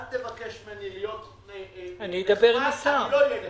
אל תבקש ממני להיות נחמד כי אני לא אהיה נחמד.